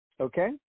okay